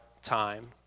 time